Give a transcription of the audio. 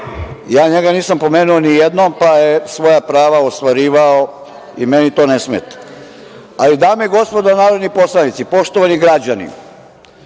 Ja njega nisam pomenuo nijednom, pa je svoja prava ostvarivao i meni to ne smeta. Dame i gospodo narodni poslanici, poštovani građani,